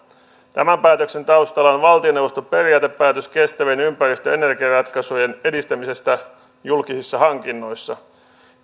tämän päätöksen taustalla on valtioneuvoston periaatepäätös kestävien ympäristö ja energiaratkaisujen edistämisestä julkisissa hankinnoissa